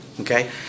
Okay